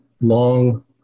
long